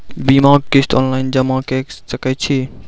बीमाक किस्त ऑनलाइन जमा कॅ सकै छी?